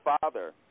father